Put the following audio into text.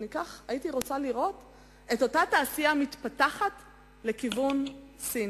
כך הייתי רוצה לראות את אותה תעשייה מתפתחת לכיוון סין.